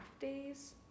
days